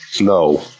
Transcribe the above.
No